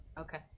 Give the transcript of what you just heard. okay